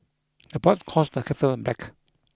the pot calls the kettle black